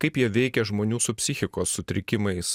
kaip jie veikia žmonių su psichikos sutrikimais